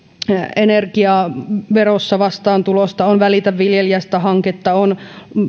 energiaverossa vastaantulosta on välitä viljelijästä hanketta on